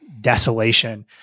desolation